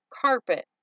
Carpet